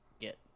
get